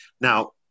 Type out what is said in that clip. Now